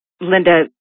Linda